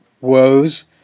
woes